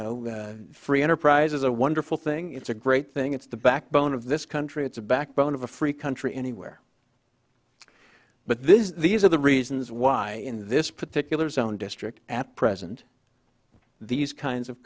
know free enterprise is a wonderful thing it's a great thing it's the backbone of this country it's a backbone of a free country anywhere but this these are the reasons why in this particular zone district at present these kinds of